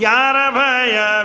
Yarabaya